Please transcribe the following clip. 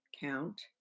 count